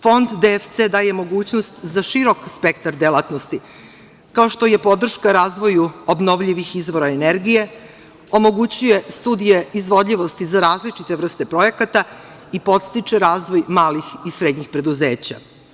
Fond DFC daje mogućnost za širok spektar delatnosti, kao što je podrška razvoju obnovljivih izvora energije, omogućuje studije izvodljivosti za različite vrste projekata i podstiče razvoj malih i srednjih preduzeća.